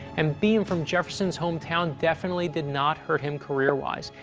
and being from jefferson's hometown definitely did not hurt him career-wise.